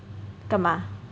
干嘛